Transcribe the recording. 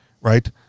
Right